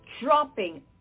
dropping